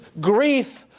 grief